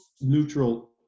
Neutral